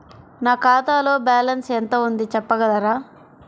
నా ఖాతాలో బ్యాలన్స్ ఎంత ఉంది చెప్పగలరా?